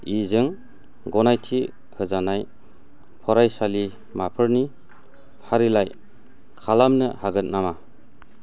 E जों गनायथि होजानाय फरायसालिमाफोरनि फारिलाइ खालामनो हागोन नामा